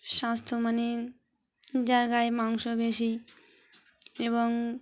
স্বাস্থ্য মানে জায়গায় মাংস বেশি এবং